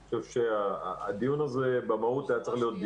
אני חושב שהדיון הזה במהות היה צריך להיות